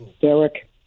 Derek